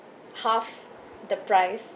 half the price